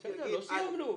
שרציתי לומר.